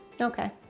okay